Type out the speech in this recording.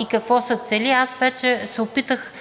и какво се цели. Аз вече се опитах